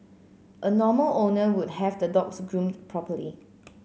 a normal owner would have the dogs groomed properly